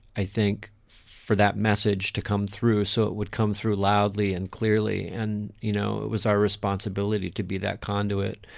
i think for that message to come through so it would come through loudly and clearly. and, you know, it was our responsibility to be that conduit.